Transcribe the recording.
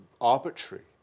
arbitrary